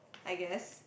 I guess